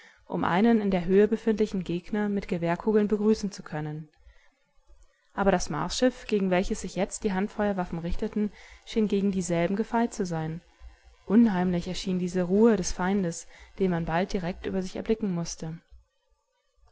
um einen in der höhe befindlichen gegner mit gewehrkugeln begrüßen zu können aber das marsschiff gegen welches sich jetzt die handfeuerwaffen richteten schien gegen dieselben gefeit zu sein unheimlich erschien diese ruhe des feindes den man bald direkt über sich erblicken mußte